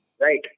Right